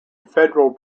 federal